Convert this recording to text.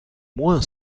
moins